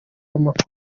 amakuru